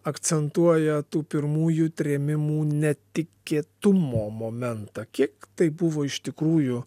akcentuoja tų pirmųjų trėmimų netikėtumo momentą kiek tai buvo iš tikrųjų